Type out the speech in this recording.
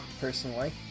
personally